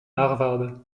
harvard